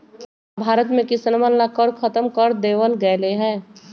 अब भारत में किसनवन ला कर खत्म कर देवल गेले है